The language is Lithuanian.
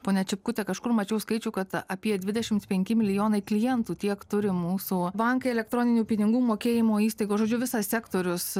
ponia čipkute kažkur mačiau skaičių kad apie dvidešimt penki milijonai klientų tiek turi mūsų bankai elektroninių pinigų mokėjimo įstaigos žodžiu visas sektorius